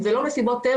אם אלה לא מסיבות טבע,